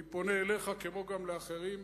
אני פונה אליך, כמו לאחרים: